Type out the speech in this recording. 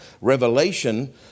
revelation